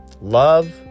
love